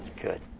Good